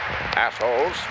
assholes